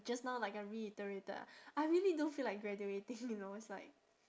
just now like I reiterated I really don't feel like graduating you know it's like